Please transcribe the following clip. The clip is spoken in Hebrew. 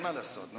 מה לעשות.